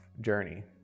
journey